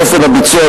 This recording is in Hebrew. אופן הביצוע,